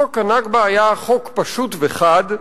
חוק ה"נכבה" היה חוק פשוט וחד,